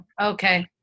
okay